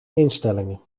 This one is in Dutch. instellingen